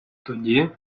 тоді